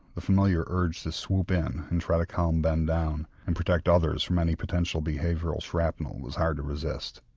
the familiar urge to swoop in and try to calm ben down and protect others from any potential behavioural shrapnel and was hard to resist.